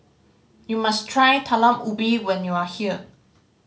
you must try Talam Ubi when you are here